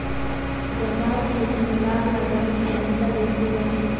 व्यापार क्षेत्र मे लाभ या बढ़त के मामला देखल जा हय